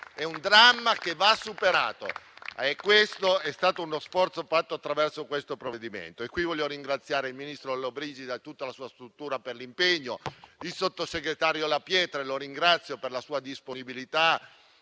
È un dramma che va superato e questo sforzo è stato fatto attraverso questo provvedimento. Qui voglio ringraziare il ministro Lollobrigida e tutta la sua struttura per l'impegno, il sottosegretario La Pietra, che ringrazio per la sua disponibilità,